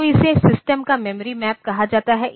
तो इसे सिस्टम का मेमोरी मैप कहा जाता है